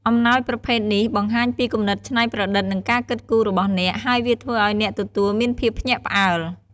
អំណោយប្រភេទនេះបង្ហាញពីគំនិតច្នៃប្រឌិត និងការគិតគូររបស់អ្នក ហើយវាធ្វើឱ្យអ្នកទទួលមានភាពភ្ញាក់ផ្អើល។